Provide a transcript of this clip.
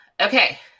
Okay